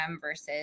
versus